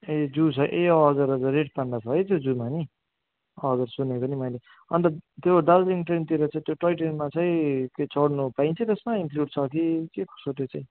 ए zoo छ ए हजुर हजुर रेड पान्डा छ है त्यो जूमा नि हजुर सुनेको नि मैले अन्त त्यो दार्जिलिङ ट्रेनतिर चाहिँ टोय ट्रेनमा चाहिँ त्यो चढ्नु पाइन्छ त्यसमा इन्क्लियुड छ कि के कसो छ त्यो चाहिँ